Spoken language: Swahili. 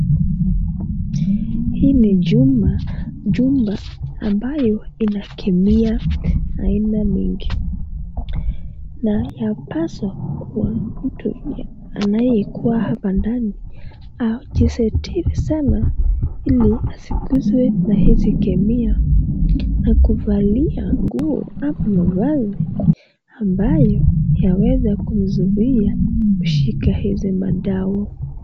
Hii ni chumba chumba ambayo inakemia haina mingi, na yapaswa kuwa mtu anayetumia hapa ndani ili asiguzwe na hizi kemia na kuvalia nguo ama ambayo yaweza kuzuiya kushika hizi madawa.